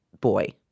boy